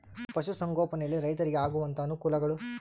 ಪಶುಸಂಗೋಪನೆಯಲ್ಲಿ ರೈತರಿಗೆ ಆಗುವಂತಹ ಅನುಕೂಲಗಳು?